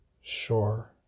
sure